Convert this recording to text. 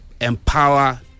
empower